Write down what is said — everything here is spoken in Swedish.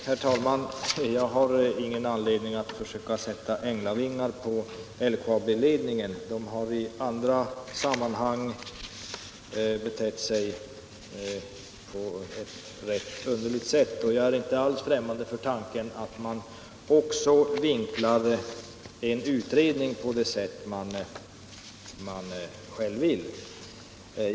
Herr talman! Jag har ingen anledning att försöka sätta änglavingar på LKAB-ledningen. Den har i andra sammanhang betett sig på ett rätt underligt sätt, och jag är inte alls främmande för tanken att den också vinklar en utredning på det sätt som den själv vill.